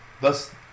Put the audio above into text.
Thus